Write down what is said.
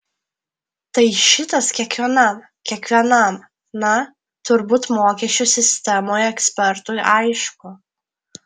tai šitas kiekvienam kiekvienam na turbūt mokesčių sistemoje ekspertui aišku